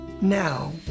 Now